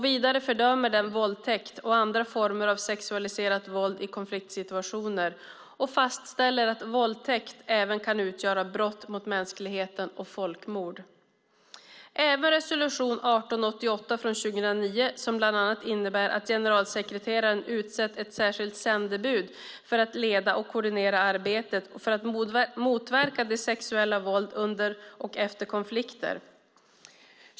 Vidare fördömer den våldtäkt och andra former av sexualiserat våld i konfliktsituationer och fastställer att våldtäkt även kan utgöra brott mot mänskligheten och folkmord. Även resolution 1888 från 2009 är viktig. Den innebär bland annat att generalsekreteraren utsett ett särskilt sändebud för att leda och koordinera arbetet för att motverka det sexuella våldet under och efter konflikter.